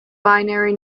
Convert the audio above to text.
binary